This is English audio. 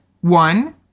One